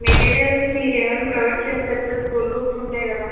materials మీరు ఏమైనా provide చేస్తారా సార్ స్కూల్ బుక్స్ ఉంటాయి కదా